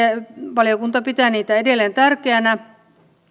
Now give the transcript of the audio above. valiokunta pitää edelleen tärkeänä